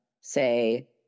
say